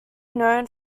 known